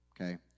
okay